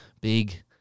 big